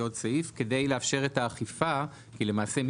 כדי לאפשר את האכיפה למשעה,